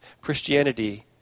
Christianity